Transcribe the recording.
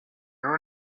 volas